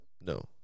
no